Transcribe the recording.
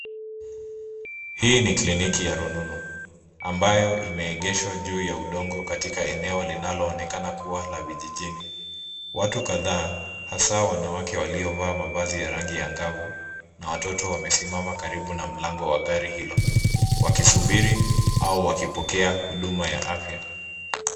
Hii ni kliniki ya rununu ambayo imeegeshwa juu udongo katika eneo linaloonekana kuwa la vijijini. Watu kadhaa hasa wanawake waliovaa mavazi ya rangi angavu na watoto wamesimama karibu na mlango gari hilo. Wakisubiri au wakipokea huduma ya afya.